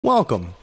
Welcome